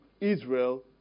Israel